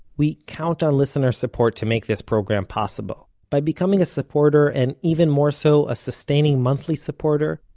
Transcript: we count on listener support to make this program possible. by becoming a supporter, and even more so, a sustaining monthly supporter,